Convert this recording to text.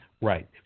Right